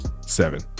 seven